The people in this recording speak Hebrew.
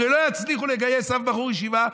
הרי לא יצליחו לגייס אף בחור ישיבה,